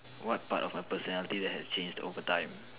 what part of my personality that has change overtime